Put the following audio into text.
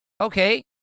Okay